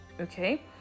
okay